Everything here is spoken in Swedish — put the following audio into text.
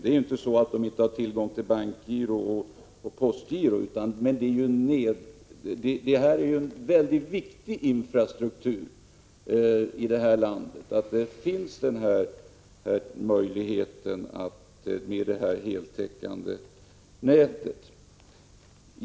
Det är ju inte så att folk inte skulle ha tillgång till bankeller postgiro, men detta heltäckande nät är en mycket viktig del av infrastrukturen här i landet.